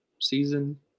season